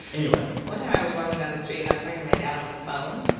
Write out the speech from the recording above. anyway one time i was walking down the street, and i was talking to my dad on on the phone.